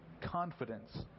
confidence